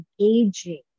engaging